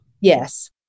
Yes